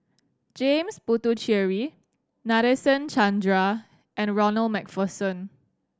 James Puthucheary Nadasen Chandra and Ronald Macpherson